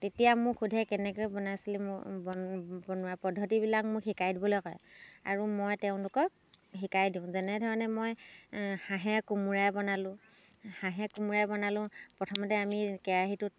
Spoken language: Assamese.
তেতিয়া মোক সোধে কেনেকৈ বনাইছিলি মোক বনোৱা বনোৱা পদ্ধতিবিলাক মোক শিকাই দিবলৈ কয় আৰু মই তেওঁলোকক শিকাই দিওঁ যেনেধৰণে মই হাঁহে কোমোৰাই বনালোঁ হাঁহে কোমোৰাই বনালোঁ প্ৰথমতে আমি কেৰাহীটোত